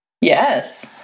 Yes